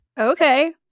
Okay